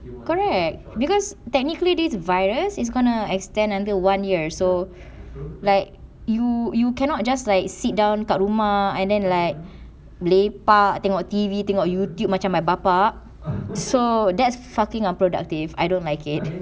correct because technically this virus is gonna extend until one year so like you you cannot just like sit down kat rumah and then like melepak tengok T_V tengok youtube macam my bapa so that's fucking unproductive I don't like it